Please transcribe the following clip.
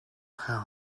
хаа